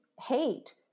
hate